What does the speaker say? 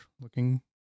looking